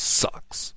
sucks